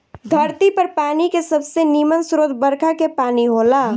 धरती पर पानी के सबसे निमन स्रोत बरखा के पानी होला